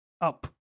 Up